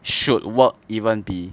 should work even be